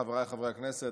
חבריי חברי הכנסת,